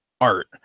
art